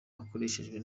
akoreshejwe